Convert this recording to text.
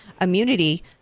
immunity